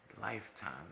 lifetime